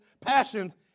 passions